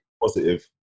positive